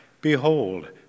Behold